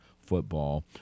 football